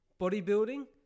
bodybuilding